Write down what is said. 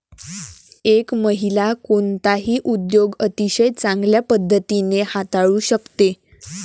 एक महिला कोणताही उद्योग अतिशय चांगल्या पद्धतीने हाताळू शकते